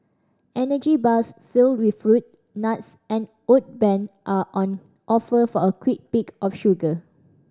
energy bars filled with fruit nuts and oat bran are on offer for a quick pick of sugar